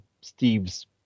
Steve's